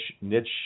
niche